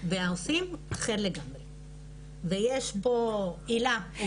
והנושא הזה הוא חלק מזה ויש פה את הילה.